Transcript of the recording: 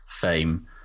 fame